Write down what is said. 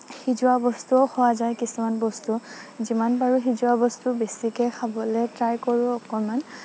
সিজোৱা বস্তুও খোৱা যায় কিছুমান বস্তু যিমান পাৰোঁ সিজোৱা বস্তু বেছিকৈ খাবলৈ ট্ৰাই কৰোঁ অকণমান